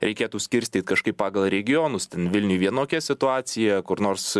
reikėtų skirstyt kažkaip pagal regionus ten vilniuj vienokia situacija kur nors